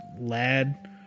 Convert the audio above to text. lad